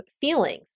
feelings